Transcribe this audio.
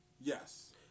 Yes